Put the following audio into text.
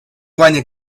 guanya